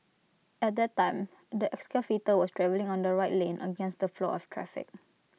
at that time the excavator was travelling on the right lane against the flow of traffic